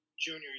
junior